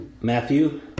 Matthew